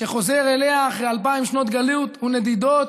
שחוזר אליה אחרי אלפיים שנות גלות ונדידות,